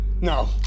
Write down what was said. No